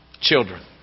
Children